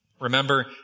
Remember